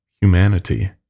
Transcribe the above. Humanity